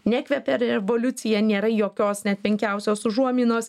nekvepia revoliucija nėra jokios net menkiausios užuominos